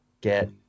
get